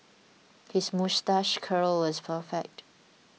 his moustache curl is perfect